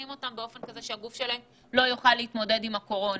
אותן עוד יותר כך שהגוף שלהן לא יוכל להתמודד עם הקורונה.